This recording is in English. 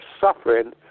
suffering